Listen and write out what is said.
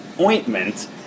ointment